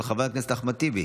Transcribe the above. של חבר הכנסת אחמד טיבי